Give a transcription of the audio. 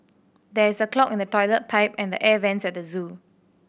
there is a clog in the toilet pipe and the air vents at the zoo